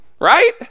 right